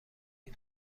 این